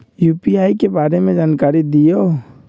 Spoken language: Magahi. यू.पी.आई के बारे में जानकारी दियौ?